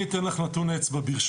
אני אתן לך תשובה ברשותך,